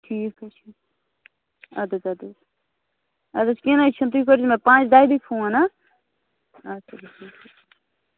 ٹھیٖک حظ چھُ اَدٕ حظ اَدٕ حظ اَدٕ حظ کیٚنٛہہ نہَ حظ چھُنہٕ تُہۍ کٔرۍزیٚو مےٚ پانٛژِ دَہہِ دۅہۍ فون ہا اَدٕ سا بِہِو تیٚلہِ